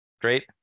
Great